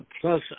plus